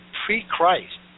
pre-Christ